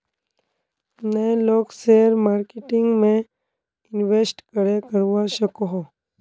नय लोग share marketing में इंवेस्ट करे करवा सकोहो?